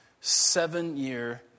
seven-year